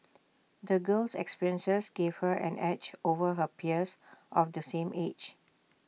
the girl's experiences gave her an edge over her peers of the same age